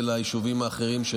וליישובים האחרים.